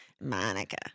Monica